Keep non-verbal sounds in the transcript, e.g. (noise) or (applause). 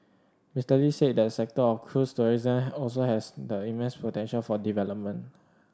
Mister Lee said the sector of cruise tourism (unintelligible) also has immense potential for development